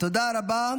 תודה רבה.